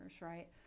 right